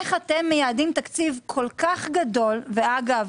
איך אתם מייעדים תקציב כה גדול ואגב